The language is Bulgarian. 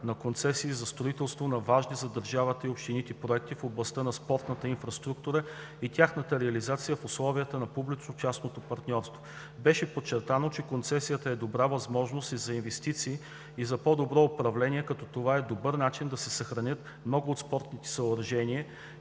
на концесии за строителство на важни за държавата и общините проекти в областта на спортната инфраструктура и тяхната реализация в условия на публично-частно партньорство. Беше подчертано, че концесията е добра възможност и за инвестиции, и за по-добро управление, като това е добър начин да се съхранят много от спортните съоръжения,